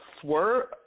Swerve